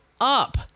up